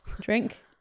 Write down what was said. Drink